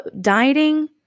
dieting